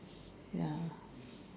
ya